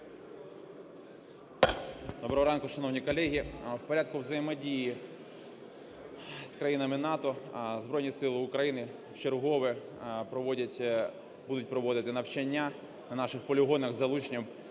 Доброго ранку, шановні колеги! В порядку взаємодії з країнами НАТО Збройні Сили України вчергове проводять, будуть проводити навчання на наших полігонах із залученням